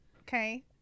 Okay